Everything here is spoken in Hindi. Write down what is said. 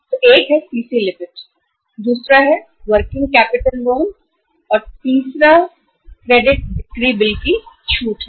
तो एक है सीसी लिमिट दूसरा है वर्किंग कैपिटल लोन और तीसरे एक क्रेडिट बिक्री बिल की छूट है